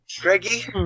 Greggy